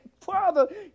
Father